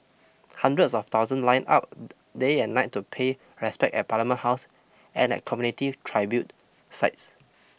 hundreds of thousands lined up day and night to pay respect at Parliament House and at community tribute sites